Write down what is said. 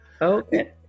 Okay